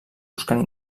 buscant